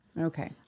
Okay